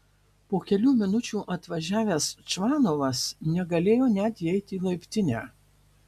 po kelių minučių atvažiavęs čvanovas negalėjo net įeiti į laiptinę